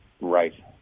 Right